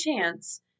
chance